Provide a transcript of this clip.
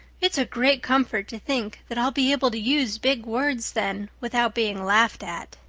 it's a great comfort to think that i'll be able to use big words then without being laughed at.